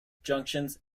junctions